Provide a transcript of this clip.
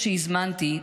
סקר שהזמנתי,